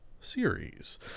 series